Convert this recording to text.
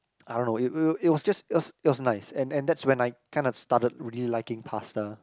I don't know it it it was just it was it was nice and and that's when I kind of started really liking pasta